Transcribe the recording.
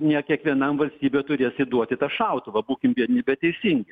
ne kiekvienam valstybė turės įduoti tą šautuvą būkim biedni bet teisingi